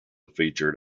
featured